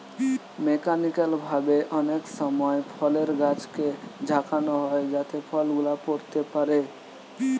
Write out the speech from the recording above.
mechanical ভাবে অনেক সময় ফলের গাছকে ঝাঁকানো হয় যাতে ফল গুলা পড়তে পারে